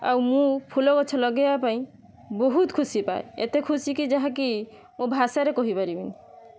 ଆଉ ମୁଁ ଫୁଲଗଛ ଲଗାଇବା ପାଇଁ ବହୁତ ଖୁସି ପାଏ ଏତେ ଖୁସିକି ଯାହାକି ମୁଁ ଭାଷାରେ କହିପାରିବିନି